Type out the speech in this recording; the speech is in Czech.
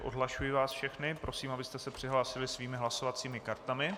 Odhlašuji vás všechny a prosím, abyste se přihlásili svými hlasovacími kartami.